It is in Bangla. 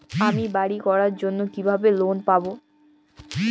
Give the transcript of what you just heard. আমি বাড়ি করার জন্য কিভাবে লোন পাব?